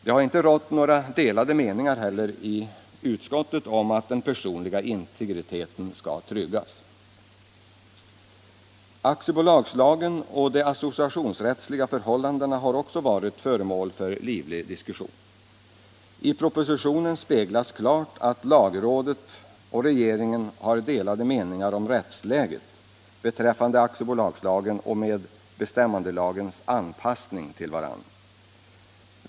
Det har inte rått några delade meningar om att den personliga integriteten skall tryggas. Aktiebolagslagen och de associationsrättsliga förhållandena har också varit föremål för livlig diskussion. I propositionen speglas klart att lagrådet och regeringen har delade meningar om rättsläget beträffande aktiebolagslagens och medbestämmandelagens anpassning till varandra.